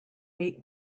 eight